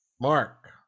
Mark